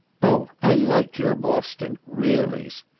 oh i like your boston reallys!